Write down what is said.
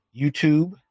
YouTube